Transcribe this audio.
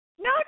No